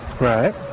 Right